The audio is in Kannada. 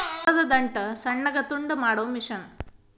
ಜೋಳದ ದಂಟ ಸಣ್ಣಗ ತುಂಡ ಮಾಡು ಮಿಷನ್